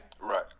Right